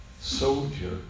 soldier